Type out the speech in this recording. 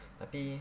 tapi